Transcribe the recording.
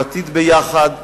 הוא עתיד של ביחד,